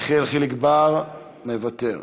יחיאל חיליק בר, מוותר.